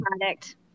product